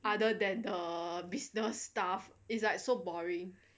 other than the business stuff it's like so boring